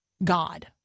God